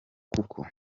kuko